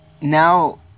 now